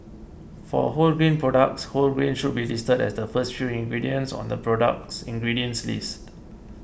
for wholegrain products whole grain should be listed as the first few ingredients on the product's ingredients list